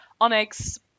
onyx